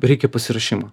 reikia pasiruošimo